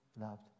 loved